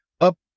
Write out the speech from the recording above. up